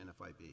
NFIB